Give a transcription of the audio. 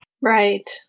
right